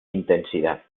intensidad